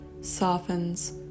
softens